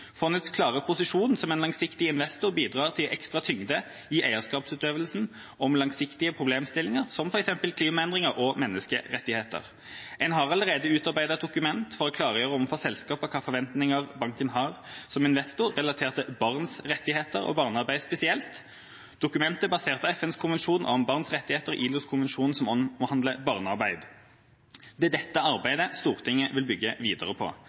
Fondets klare posisjon som en langsiktig investor bidrar til ekstra tyngde i eierskapsutøvelsen om langsiktige problemstillinger, som f.eks. klimaendringer og menneskerettigheter. En har allerede utarbeidet et dokument for å klargjøre overfor selskaper hvilke forventninger banken har som investor relatert til barns rettigheter og barnearbeid spesielt. Dokumentet er basert på FNs konvensjon om barns rettigheter og ILOs konvensjoner som omhandler barnearbeid. Det er dette arbeidet Stortinget vil bygge videre på.